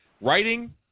Writing